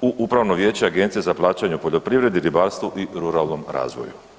u upravno vijeće Agencije za plaćanje u poljoprivredi, ribarstvu i ruralnom razvoju.